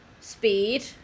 speed